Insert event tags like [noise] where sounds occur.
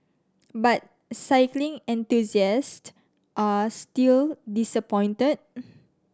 but cycling enthusiast are still disappointed [noise]